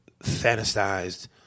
fantasized